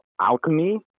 alchemy